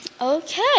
Okay